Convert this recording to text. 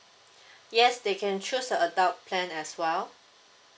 yes they can choose adult plan as well